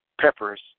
Peppers